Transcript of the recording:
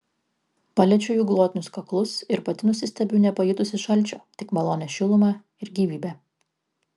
paliečiu jų glotnius kaklus ir pati nusistebiu nepajutusi šalčio tik malonią šilumą ir gyvybę